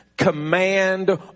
Command